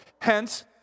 Hence